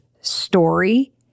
story